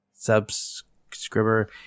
Subscriber